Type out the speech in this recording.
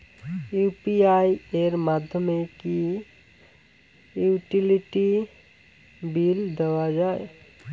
UPI এর মাধ্যমে কি ইউটিলিটি বিল দেওয়া যায়?